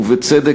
ובצדק,